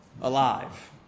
alive